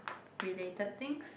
related things